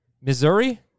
Missouri